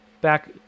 back